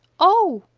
oh!